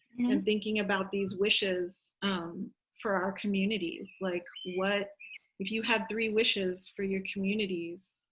thinking about these wishes for our communities. like, what if you have three wishes for your communities?